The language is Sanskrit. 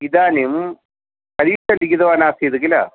इदानीं परीक्षां लिखितवान् आसीत् किल